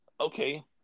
okay